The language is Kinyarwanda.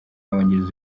y’abongereza